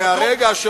מהרגע,